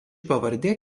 pavardė